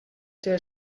der